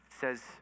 says